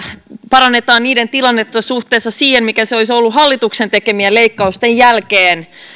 parannetaan niiden tilannetta suhteessa siihen mikä se olisi ollut hallituksen tekemien leikkausten jälkeen